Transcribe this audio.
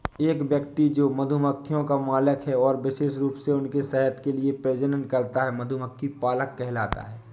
एक व्यक्ति जो मधुमक्खियों का मालिक है और विशेष रूप से उनके शहद के लिए प्रजनन करता है, मधुमक्खी पालक कहलाता है